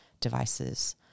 devices